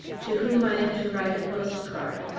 to whom i am to write a post-card.